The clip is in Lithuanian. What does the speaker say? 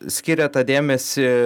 skiria tą dėmesį